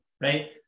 right